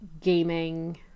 gaming